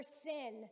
sin